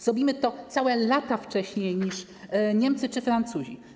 Zrobimy to całe lata wcześniej niż Niemcy czy Francuzi.